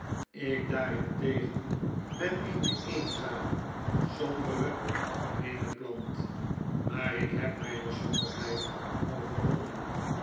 ik daarentegen ben eene eenzame sombere gemeene plant maar ik heb myne somberheid overwonnen